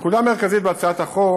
נקודה מרכזית בהצעת החוק